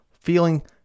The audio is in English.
feeling